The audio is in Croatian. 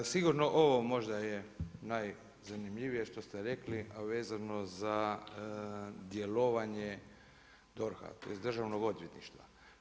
Sigurno ovo možda je najzanimljivije što ste rekli, a vezano za djelovanje DORH-a tj. Državnog odvjetništva.